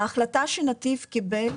ההחלטה שנתיב קיבל